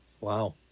Wow